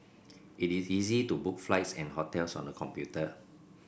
it is easy to book flights and hotels on the computer